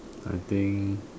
I think